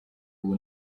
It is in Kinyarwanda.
ubu